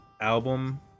album